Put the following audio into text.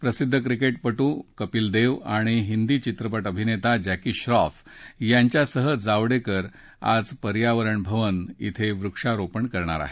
प्रसिद्ध क्रिकेटपटू कपिल देव आणि हिंदी चित्रपट अभिनेता जॅकी श्रॉफ यांच्यासह जावडेकर आज पर्यावरण भवन िंग वृक्षारोपण करणार आहेत